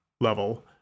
level